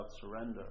surrender